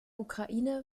ukraine